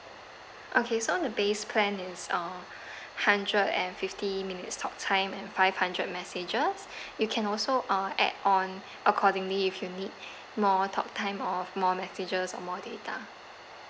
okay so the base plan is uh hundred and fifty minutes talk time and five hundred messages you can also uh add on accordingly if you need more talk time or more messages or more data